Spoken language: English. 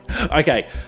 Okay